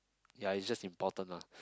ya it's just important lah